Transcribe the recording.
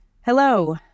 Hello